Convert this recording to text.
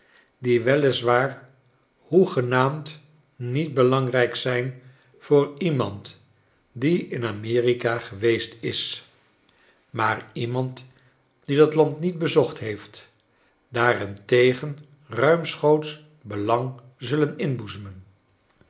die wel is waar hoegenaamd niet belangrijk zijn voor iemand die in amerika geweest is maar iemand die dat land niet bezocht heeft daarentegen ruimschoots belang zullen inboezemen